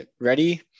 ready